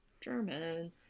German